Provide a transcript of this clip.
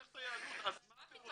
אז מה אתם רוצים?